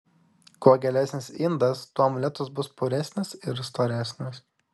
kuo gilesnis indas tuo omletas bus puresnis ir storesnis